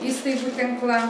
įstaigų tinklą